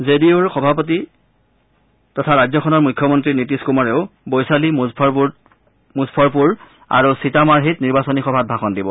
J D ইউৰ সভাপতি সভা ৰাজ্যখনৰ মুখ্যমন্ত্ৰী নীতিশ কুমাৰেও বৈশালী মুজফৰপুৰ আৰু চীতামাৰ্হিত নিৰ্বাচনী সভাত ভাষণ দিব